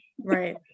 right